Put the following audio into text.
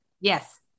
Yes